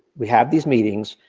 we have these meetings,